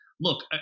Look